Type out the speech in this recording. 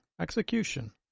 Execution